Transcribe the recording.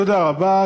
תודה רבה.